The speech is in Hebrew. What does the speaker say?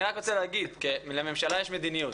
אני רק רוצה להגיד, כי לממשלה יש מדיניות